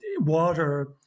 water